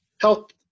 health